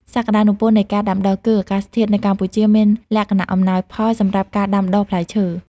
សក្តានុពលនៃការដាំដុះ គឺអាកាសធាតុនៅកម្ពុជាមានលក្ខណៈអំណោយផលសម្រាប់ការដាំដុះផ្លែឈើ។